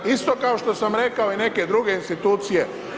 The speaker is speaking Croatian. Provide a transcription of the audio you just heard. Isto kao što sam rekao i neke druge institucije.